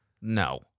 No